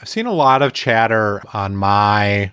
i've seen a lot of chatter on my,